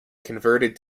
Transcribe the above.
converted